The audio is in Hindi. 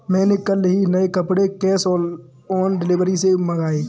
मैंने कल ही नए कपड़े कैश ऑन डिलीवरी से मंगाए